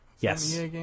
Yes